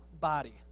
body